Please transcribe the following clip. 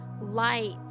light